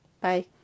Bye